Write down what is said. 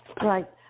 Right